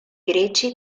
greci